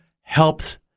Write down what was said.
helps